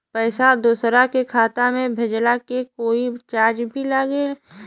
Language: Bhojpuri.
पैसा दोसरा के खाता मे भेजला के कोई चार्ज भी लागेला?